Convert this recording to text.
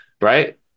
right